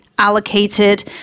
allocated